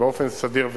באופן סדיר ותקין.